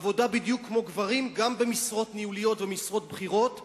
עבודה בדיוק כמו של גברים גם במשרות ניהוליות ובמשרות בכירות.